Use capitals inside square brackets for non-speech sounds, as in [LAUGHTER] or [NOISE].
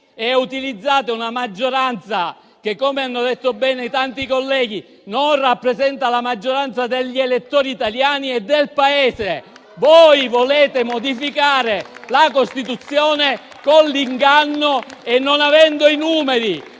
utilizzando una maggioranza che, come hanno detto bene tanti colleghi, non rappresenta la maggioranza degli elettori italiani e del Paese. [APPLAUSE] Voi volete modificare la Costituzione con l'inganno senza avere i numeri.